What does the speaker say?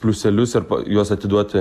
pliuselius arba juos atiduoti